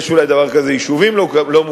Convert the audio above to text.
יש אולי דבר כזה "יישובים לא-מוכרים",